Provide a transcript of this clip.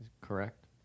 Correct